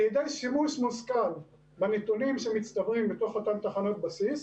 על ידי שימוש מושכל בנתונים שמצטברים באותן תחנות בסיס,